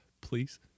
Please